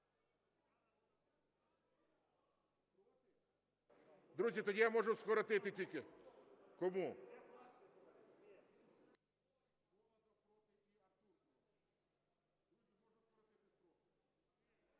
Друзі, тоді я можу скоротити тільки...